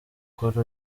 kuri